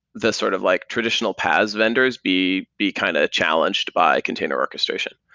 the sort of like traditional paas vendors be be kind of challenged by container orchestration.